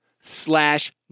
slash